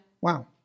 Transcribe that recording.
Wow